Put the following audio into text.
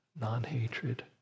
non-hatred